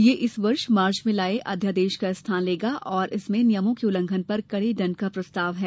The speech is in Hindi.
यह इस वर्ष मार्च में लाए अध्यादेश का स्थान लेगा और इसमें नियमों के उल्लंघन पर कड़े दंड का प्रस्ताव है